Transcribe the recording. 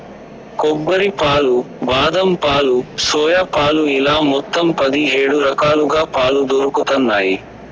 కొబ్బరి పాలు, బాదం పాలు, సోయా పాలు ఇలా మొత్తం పది హేడు రకాలుగా పాలు దొరుకుతన్నాయి